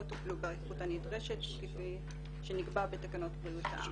טופלו באיכות הנדרשת כפי שנקבע בתקנות בריאות העם.